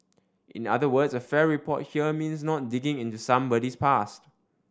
in other words a fair report here means not digging into somebody's past